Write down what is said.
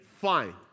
Fine